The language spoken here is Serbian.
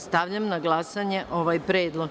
Stavljam na glasanje ovaj predlog.